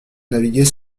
naviguer